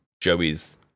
Joey's